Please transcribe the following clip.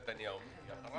נכון, העתידיות.